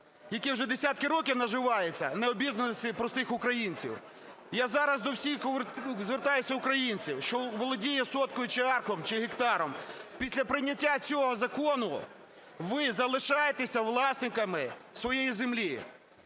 які вже десятки років наживаються на необізнаності простих українців. Я зараз до всі звертаюся українців, що володіє соткою чи акром, чи гектаром. Після прийняття цього закону ви залишаєтеся власниками своєї землі.